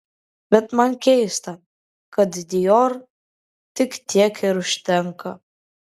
bet man keista kad dior tik tiek ir užtenka